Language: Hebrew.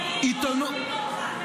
לא שומעים אותך.